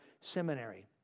seminary